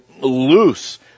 loose